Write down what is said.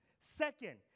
Second